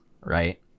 Right